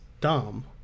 Dom